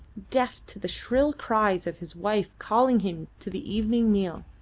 deaf to the shrill cries of his wife calling him to the evening meal.